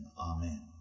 Amen